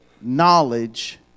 knowledge